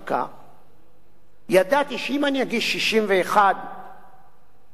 ידעתי שאם אני אגיש 61 זה לא יעבור את הסף